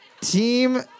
Team